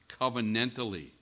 covenantally